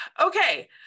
Okay